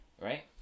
right